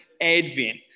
Advent